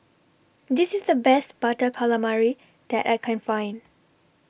This IS The Best Butter Calamari that I Can Find